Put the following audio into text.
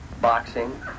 boxing